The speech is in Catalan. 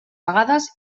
vegades